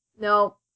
No